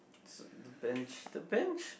the bench the bench